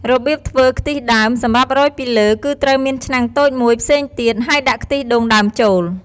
របៀបធ្វើខ្ទិះដើម សម្រាប់រោយពីលើ គឺត្រូវមានឆ្នាំងតូចមួយផ្សេងទៀត ហើយដាក់ខ្ទិះដូងដើម ចូល។